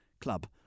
club